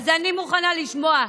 אז אני מוכנה לשמוע.